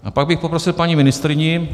A pak bych poprosil paní ministryni...